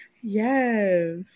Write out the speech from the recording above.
Yes